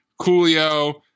Coolio